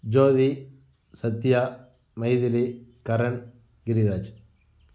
Jothi Sathya Mythili Karan Giriraj